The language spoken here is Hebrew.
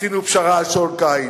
עשינו פשרה על שעון קיץ.